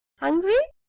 hungry?